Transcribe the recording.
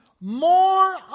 more